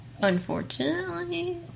Unfortunately